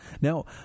Now